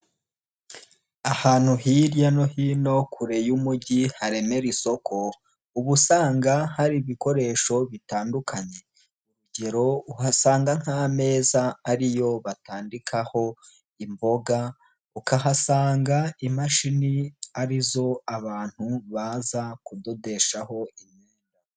Ahantu hirya no hino kure y'umujyi haremera isoko, uba usanga hari ibikoresho bitandukanye urugero uhasanga nk'amezaeza ariyo batandikaho imboga, ukahasanga imashini ari zo abantu baza kudodeshaho imyenda.